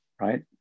right